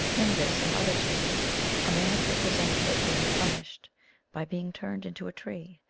in this and other tales a man is represented as being punished by being turned into a tree,